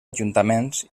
ajuntaments